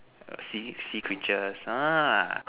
sea sea creatures uh